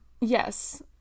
yes